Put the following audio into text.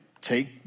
take